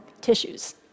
tissues